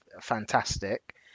fantastic